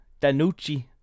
Danucci